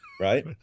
Right